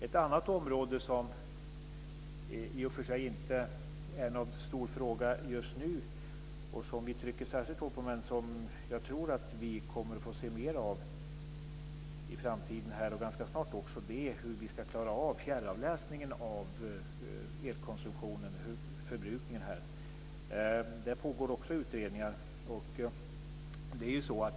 Ett annat område, som i och för sig inte är någon stor fråga som vi trycker särskilt hårt på just nu men som jag tror att vi kommer att få se mer av i framtiden, och det ganska snart, är hur vi ska klara av fjärravläsningen av elkonsumtionen och förbrukningen. Där pågår också utredningar.